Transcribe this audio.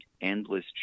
endless